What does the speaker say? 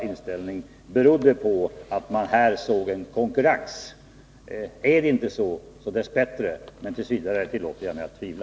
Om detta inte är fallet, så desto bättre, men t. v. tillåter jag mig att tvivla.